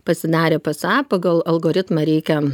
pasidarė psa pagal algoritmą reikia